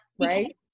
right